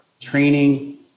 training